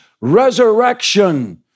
resurrection